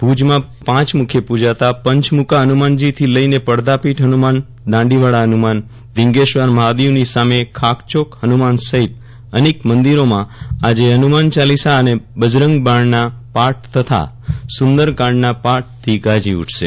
ભુજમાં પાંચ મુખે પૂજાતા પંચ્મુખા ફનુમાનજી થી લઈને પડદાભીદ ફનુમાન દાંડીવાળા ફનુમાન ધીંગેસ્વર મફાદેવ ની સામે ખાખચોક ફનુમાન સફીત અનેક મંદિરોમાં આજે ફનુમાન ચાલીસા અને બજરંગ બાણના પાઠ તથા સુંદરકાંડના પાઠ થી ગાજી ઉઠશે